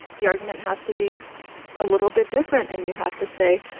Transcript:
the argument has to be a little bit different. and you have to say,